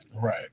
Right